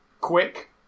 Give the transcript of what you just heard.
quick